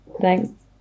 thanks